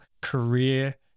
career